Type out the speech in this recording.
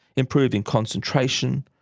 improving concentration,